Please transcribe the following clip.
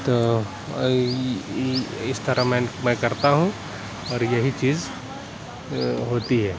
تو اِس طرح مین میں کرتا ہوں اور یہی چیز ہوتی ہے